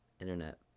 internet